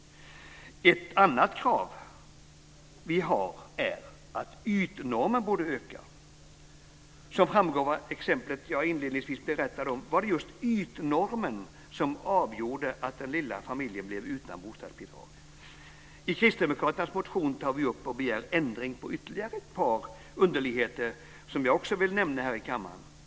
Ett annat krav vi har är att ytnormen borde öka. Som framgår av exemplet jag inledningsvis berättade om var det just ytnormen som avgjorde att den lilla familjen blev utan bostadsbidrag. I kristdemokraternas motion tar vi upp och begär ändring på ytterligare ett par underligheter som jag också vill nämna här i kammaren.